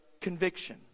conviction